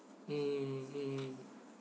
mm mm